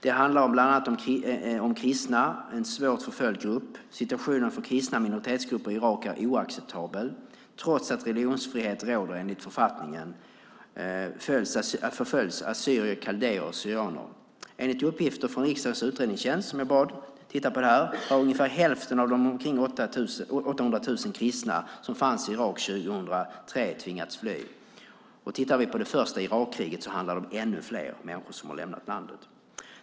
Det handlar bland annat om kristna. Det är en svårt förföljd grupp. Situationen för kristna minoritetsgrupper i Irak är oacceptabel. Trots att religionsfrihet råder enligt författningen förföljs assyrier, kaldéer och syrianer. Enligt uppgifter från riksdagens utredningstjänst har ungefär hälften av de omkring 800 000 kristna som fanns i Irak 2003 tvingats fly. Om vi tittar på det första Irakkriget handlar det om ännu fler människor som har lämnat landet.